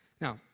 Now